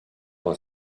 was